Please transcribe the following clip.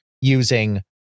using